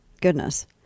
Goodness